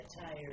tired